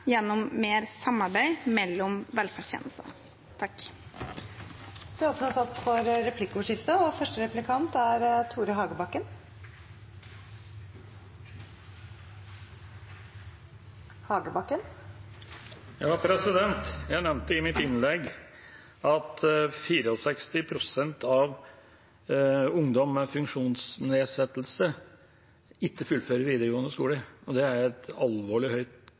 gjennom mer samarbeid mellom velferdstjenestene. Det blir replikkordskifte. Jeg nevnte i mitt innlegg at 64 pst. av ungdom med funksjonsnedsettelse ikke fullfører videregående skole. Det er et alvorlig høyt